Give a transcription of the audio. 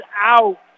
out